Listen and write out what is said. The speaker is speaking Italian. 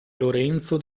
lorenzo